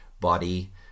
body